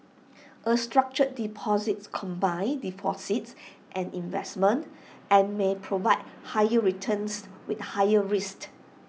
A structured deposits combines deposits and investments and may provide higher returns with higher risks